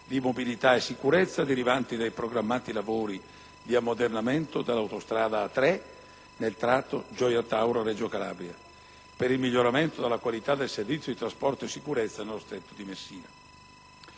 di mobilità e sicurezza derivanti dai programmati lavori di ammodernamento dell'autostrada A3 nel tratto Gioia Tauro-Reggio Calabria e per il miglioramento della qualità del servizio di trasporto e sicurezza nello Stretto di Messina.